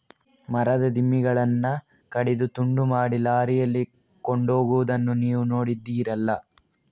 ಮರದ ದಿಮ್ಮಿಗಳನ್ನ ಕಡಿದು ತುಂಡು ಮಾಡಿ ಲಾರಿಯಲ್ಲಿ ಕೊಂಡೋಗುದನ್ನ ನೀವು ನೋಡಿದ್ದೀರಲ್ಲ